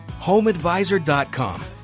HomeAdvisor.com